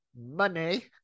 money